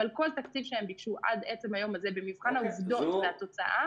אבל כל תקציב שהם ביקשו עד עצם היום הזה במבחן העובדות והתוצאה,